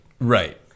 Right